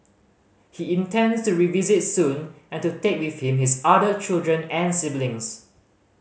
he intends to revisit soon and to take with him his other children and siblings